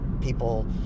people